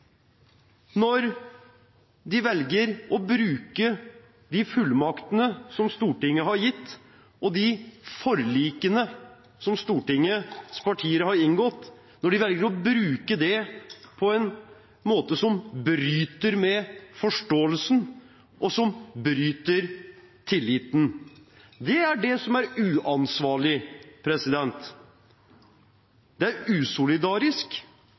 når de velger å bruke de fullmaktene som Stortinget har gitt, og de forlikene som stortingspartiene har inngått, på en måte som bryter med forståelsen, og som bryter med tilliten. Det er det som er uansvarlig. Det er usolidarisk.